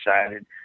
excited